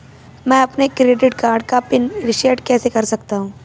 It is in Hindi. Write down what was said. मैं अपने क्रेडिट कार्ड का पिन रिसेट कैसे कर सकता हूँ?